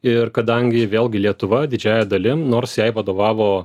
ir kadangi vėlgi lietuva didžiąja dalim nors jai vadovavo